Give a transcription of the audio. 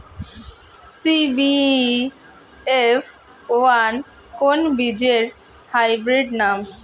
CBF one কোন বীজের hybrid নাম?